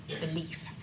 belief